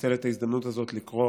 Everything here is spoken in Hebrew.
לנצל את ההזדמנות הזאת כדי